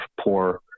poor